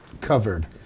covered